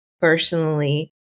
personally